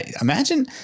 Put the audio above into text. imagine